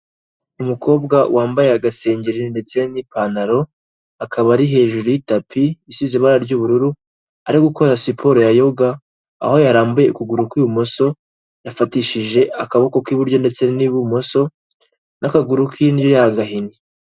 Umukobwa wambaye agasengeri ndetse n'ipantaro akaba ari hejuru y'itapi isize ibara ry'ubururu ari gukora siporo ya yoga aho yarambuye ukuguru kw'ibumoso, yafatishije akaboko k'iburyo ndetse n'ibumoso n'akaguru k'iburyo ya gahinnye.